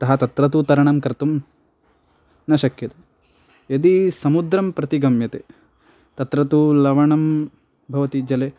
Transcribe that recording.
अतः तत्र तु तरणं कर्तुं न शक्यते यदी समुद्रं प्रति गम्यते तत्र तू लवणं भवति जले